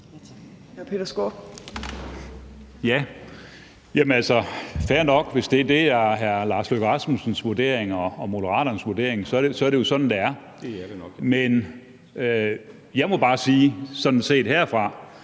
Peter Skaarup (DD): Det er fair nok. Hvis det er hr. Lars Løkke Rasmussen og Moderaternes vurdering, så er det jo sådan, det er. Men jeg må bare sige, at det set herfra